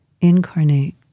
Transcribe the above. incarnate